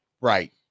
Right